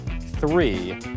three